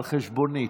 על חשבוני.